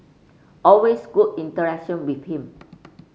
always good interaction with him